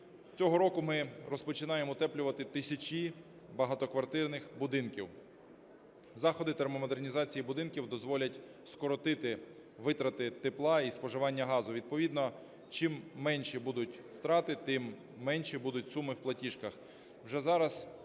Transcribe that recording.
Цього року ми розпочинаємо утеплювати тисячі багатоквартирних будинків. Заходи термомодернізації будинків дозволять скоротити витрати тепла і споживання газу, відповідно чим менші будуть втрати, тим менші будуть суми в платіжках.